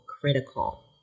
critical